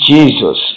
Jesus